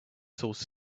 source